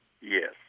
Yes